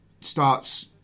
starts